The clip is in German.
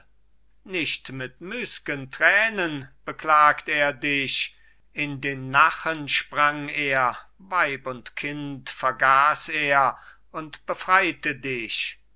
nicht mit müß'gen tränen beklagt er dich in den nachen sprang er weib und kind vergaß er und befreite dich